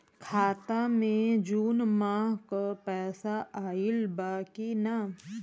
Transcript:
खाता मे जून माह क पैसा आईल बा की ना?